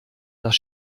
das